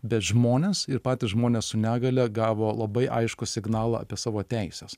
bet žmonės ir patys žmonės su negalia gavo labai aiškų signalą apie savo teises